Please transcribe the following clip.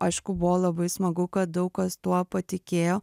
aišku buvo labai smagu kad daug kas tuo patikėjo